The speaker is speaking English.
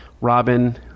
Robin